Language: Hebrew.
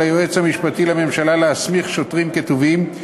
היועץ המשפטי לממשלה להסמיך שוטרים כתובעים,